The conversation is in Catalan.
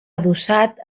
adossat